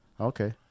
Okay